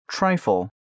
Trifle